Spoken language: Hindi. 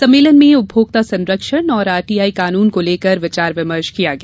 सम्मेलन में उपभोक्ता संरक्षण और आरटीआई कानून को लेकर विचार विमर्श हुआ